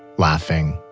laughing,